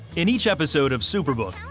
in each episode of superbook,